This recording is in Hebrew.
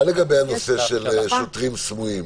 מה לגבי הנושא של שוטרים סמויים?